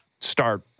start